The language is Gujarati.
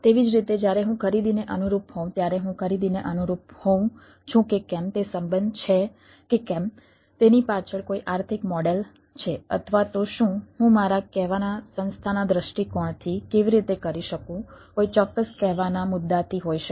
તેવી જ રીતે જ્યારે હું ખરીદીને અનુરૂપ હોઉં ત્યારે હું ખરીદીને અનુરૂપ હોઉં છું કે કેમ તે સંબંધ છે કે કેમ તેની પાછળ કોઈ આર્થિક મોડેલ છે અથવા તો શું હું મારા કહેવાના સંસ્થાના દૃષ્ટિકોણથી કેવી રીતે કરી શકું કોઈ ચોક્કસ કહેવાના મુદ્દાથી હોઈ શકે